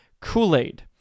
Kool-Aid